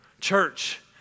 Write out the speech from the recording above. church